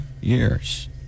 years